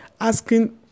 asking